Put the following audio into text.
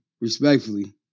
Respectfully